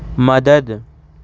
مدد